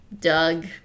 Doug